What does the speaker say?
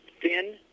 Thin